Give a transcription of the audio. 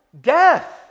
death